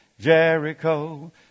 Jericho